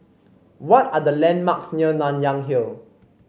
what are the landmarks near Nanyang Hill